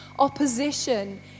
Opposition